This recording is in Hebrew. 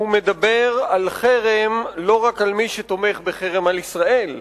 הוא מדבר על חרם לא רק על מי שתומך בחרם על ישראל,